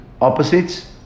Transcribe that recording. opposites